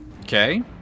Okay